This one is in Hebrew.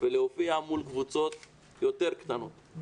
ולהופיע מול קבוצות יותר קטנות,